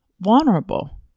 vulnerable